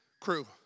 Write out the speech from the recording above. crew